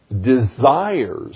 desires